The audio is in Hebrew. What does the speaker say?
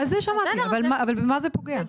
זה שמעתי, אבל במה זה פוגע?